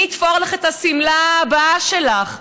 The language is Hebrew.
מי יתפור לך את השמלה הבאה שלך?